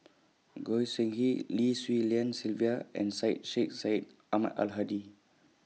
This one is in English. Goi Seng Hui Lim Swee Lian Sylvia and Syed Sheikh Syed Ahmad Al Hadi